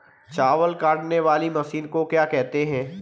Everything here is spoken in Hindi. चावल काटने वाली मशीन को क्या कहते हैं?